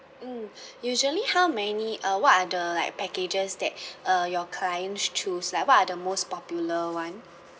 mm usually how many uh what are the like packages that uh your clients choose like what are the most popular [one]